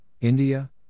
India